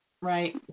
right